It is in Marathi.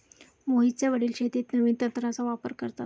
मोहितचे वडील शेतीत नवीन तंत्राचा वापर करतात